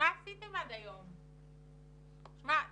אז מה עשיתם עד היום?